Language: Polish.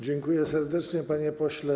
Dziękuję serdecznie, panie pośle.